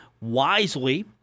wisely